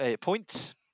Points